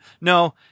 No